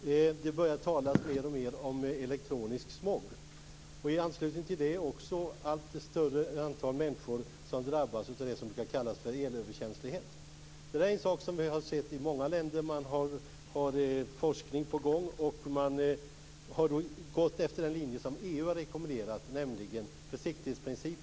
Det börjar mer och mer talas om elektronisk smog och i anslutning till det om det allt större antal människor som drabbas av det som brukar kallas elöverkänslighet. Detta är något som man har sett i många länder. Forskning pågår, och man har följt den linje som EU har rekommenderat, nämligen försiktighetsprincipen.